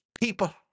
people